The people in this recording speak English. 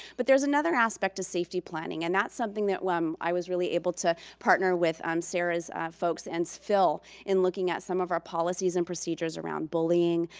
but there's another aspect of safety planning and that's something that well, i was really able to partner with um sara's folks and phil in looking at some of our policies and procedures around bullying,